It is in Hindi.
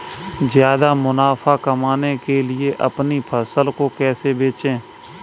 ज्यादा मुनाफा कमाने के लिए अपनी फसल को कैसे बेचें?